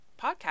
podcast